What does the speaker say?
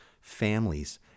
families